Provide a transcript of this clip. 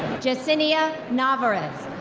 jecenia narvaez.